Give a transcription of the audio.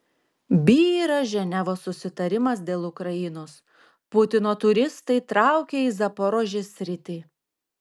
byra ženevos susitarimas dėl ukrainos putino turistai traukia į zaporožės sritį